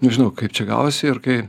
nežinau kaip čia gavosi ir kai